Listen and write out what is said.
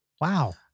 Wow